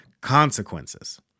Consequences